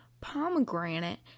Pomegranate